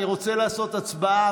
אני רוצה לעשות הצבעה,